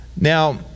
Now